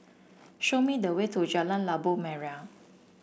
show me the way to Jalan Labu Merah